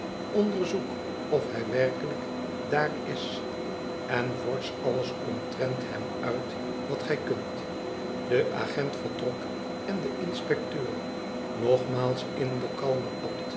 onderzoek of hij werkelijk daar is en vorsch alles omtrent hem uit wat gij kunt de agent vertrok en de inspecteur nogmaals in den kalmen